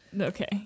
Okay